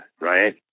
Right